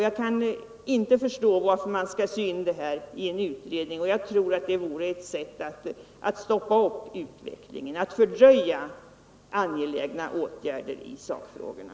Jag kan således inte förstå varför man skall sy in jämställdhetsfrågorna i en utredning; jag tror tvärtom att det vore ett sätt att stoppa utvecklingen och fördröja angelägna åtgärder i sakfrågorna.